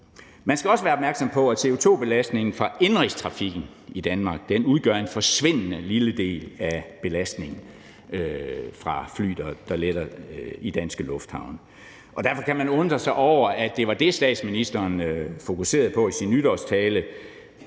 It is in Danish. Man skal også være opmærksom på, at CO2-belastningen fra indenrigstrafikken i Danmark udgør en forsvindende lille del af belastningen fra fly, der letter i danske lufthavne. Derfor kan man undre sig over, at det var det, statsministeren fokuserede på i sin nytårstale.